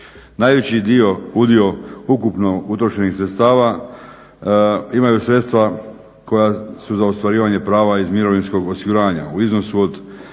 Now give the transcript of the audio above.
Najveći udio ukupno utrošenih sredstava imaju sredstva koja su za ostvarivanje prava iz mirovinskog osiguranja u iznosu od